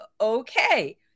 okay